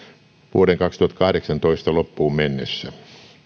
vuoden kaksituhattakahdeksantoista loppuun mennessä